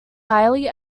highly